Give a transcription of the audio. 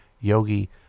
Yogi